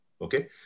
Okay